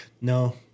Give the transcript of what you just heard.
No